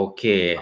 Okay